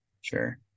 Sure